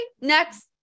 next